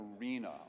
arena